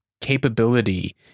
capability